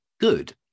good